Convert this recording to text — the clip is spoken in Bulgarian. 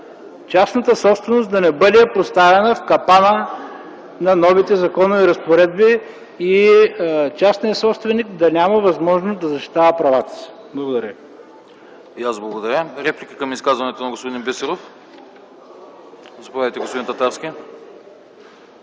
частната собственост да не бъде поставяна в капана на новите законови разпоредби и частният собственик да няма възможност да защити правата си. Благодаря